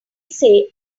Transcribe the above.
say